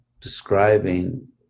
describing